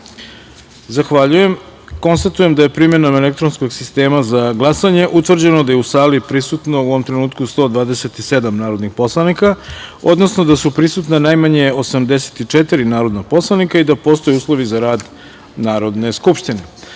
Zahvaljujem. Konstatujem da je primenom elektronskog sistema za glasanje utvrđeno da je u sali prisutno u ovom trenutku 127 narodnih poslanika, odnosno da su prisutna najmanje 84 narodna poslanika i da postoje uslovi za rad Narodne